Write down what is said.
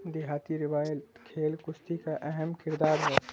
دیہاتی روایت کھیل کشتی کا اہم کردار ہے